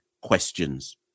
questions